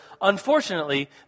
unfortunately